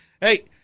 Hey